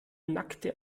nackte